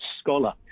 scholar